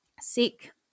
sick